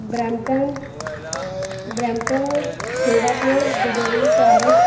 Brampton Brampton Singapore Dubai Paris